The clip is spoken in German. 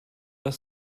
das